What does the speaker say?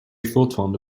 fortfarande